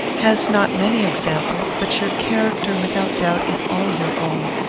has not many examples but your character, without doubt, is all your own,